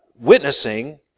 witnessing